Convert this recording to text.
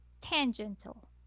Tangential